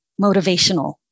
motivational